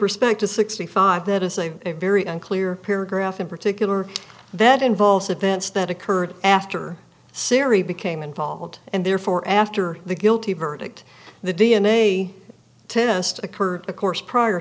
respect to sixty five that is a very unclear paragraph in particular that involves events that occurred after siri became involved and therefore after the guilty verdict the d n a test occurred of course prior